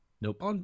Nope